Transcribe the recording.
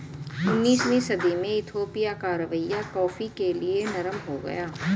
उन्नीसवीं सदी में इथोपिया का रवैया कॉफ़ी के लिए नरम हो गया